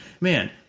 man